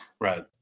Right